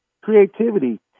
creativity